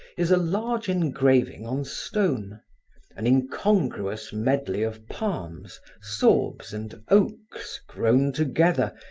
is a large engraving on stone an incongruous medley of palms, sorbs and oaks grown together,